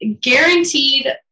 Guaranteed